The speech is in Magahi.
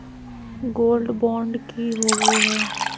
गोल्ड बॉन्ड की होबो है?